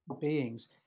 beings